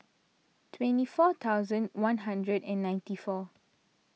twenty four thousand one hundred and ninety four